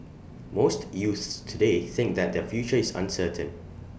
most youths today think that their future is uncertain